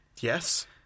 Yes